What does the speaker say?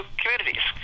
communities